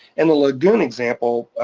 in the lagoon example,